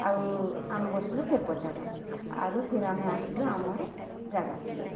ଆଉ ଆମେ ବସିଲୁ ଫିର୍ ପଛ ଆଡ଼େ ଆରୁ ଆମେ ଫିର୍ ଆସିଲୁ ଆମର୍ ଜାଗା କେ